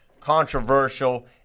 controversial